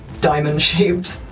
diamond-shaped